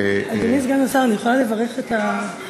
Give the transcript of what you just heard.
אדוני סגן השר, אני יכולה לברך את הקבוצה?